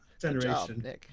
Generation